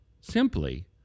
simply